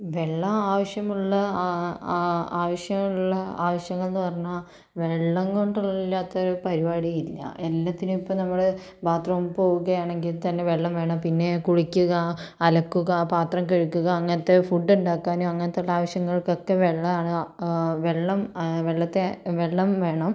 വെള്ളം ആവശ്യമുള്ള ആ ആവശ്യമുള്ള ആവശ്യങ്ങൾ എന്നു പറഞ്ഞാൽ വെള്ളം കൊണ്ടുള്ള ഇല്ലാത്ത ഒരു പരിപാടിയില്ല എല്ലാറ്റിനും ഇപ്പം നമ്മൾ ബാത് റൂം പോകുകയാണെങ്കിൽ തന്നെ വെള്ളം വേണം പിന്നെ കുളിക്കുക അലക്കുക പാത്രം കഴുകുക അങ്ങനത്തെ ഫുഡ് ഉണ്ടാക്കാനും അങ്ങനത്തെ ഉള്ള ആവശ്യങ്ങൾക്ക് ഒക്കെ വെള്ളമാണ് വെള്ളം വെള്ളത്തെ വെള്ളം വേണം